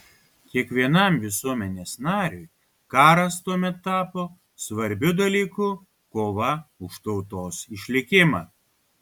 kiekvienam visuomenės nariui karas tuomet tapo svarbiu dalyku kova už tautos išlikimą